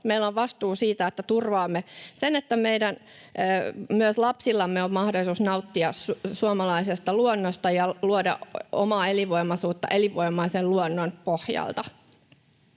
Meillä on vastuu siitä, että turvaamme sen, että myös lapsillamme on mahdollisuus nauttia suomalaisesta luonnosta ja luoda omaa elinvoimaisuutta elinvoimaisen luonnon pohjalta.